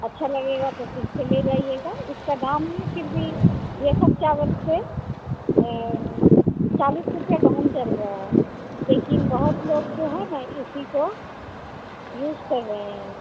अच्छा लगेगा तो फिर से ले जाइएगा उसका दाम है फिर भी यह सब चावल से चालीस रुपया डाउन चल रहा है लेकिन बहुत लोग जो हैं ना इसी को यूज कर रहे हैं